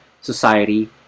Society